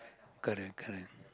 correct correct